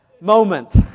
moment